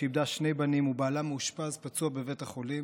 שאיבדה שני בנים ובעלה מאושפז פצוע בבית החולים,